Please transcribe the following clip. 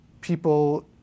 people